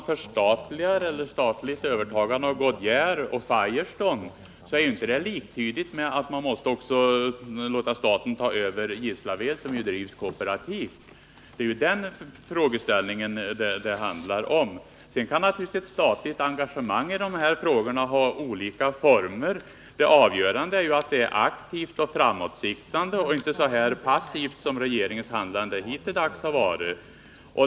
Fru talman! Men ett statligt övertagande av Goodyear och Firestone är inte liktydigt med att man då också måste låta staten ta över Gislaved. som ju drivs kooperativt. Det är ju den frågeställningen det handlar om. Sedan kan naturligtvis ett statligt engagemang i de här frågorna ha olika former, men det avgörande är att det är aktivt och framåtsiktande och inte så passivt som regeringens handlande hittilldags har varit.